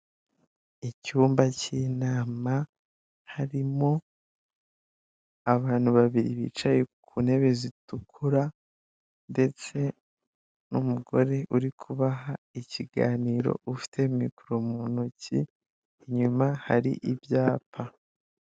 Icyumba cy'inama harimo abantu babiri bicaye ku ntebe zitukura ndetse n'umugore uri kubaha ikiganiro, ufite mikoro mu ntoki, inyuma hari ibyapa.